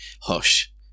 Hush